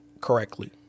correctly